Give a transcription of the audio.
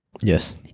Yes